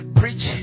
preach